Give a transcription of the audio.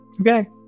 Okay